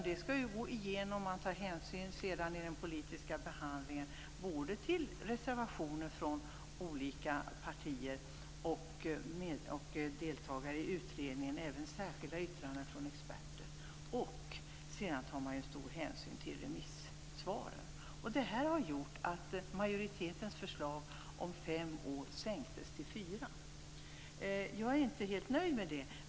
Det skall tas hänsyn i den politiska behandlingen till både reservationer från olika partiet, deltagare i utredningen och särskilda yttranden från experter. Sedan tar man också stor hänsyn till remissvaren. Det har gjort att majoritetens förslag om fem år sänktes till fyra. Jag är inte helt nöjd med det.